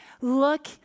Look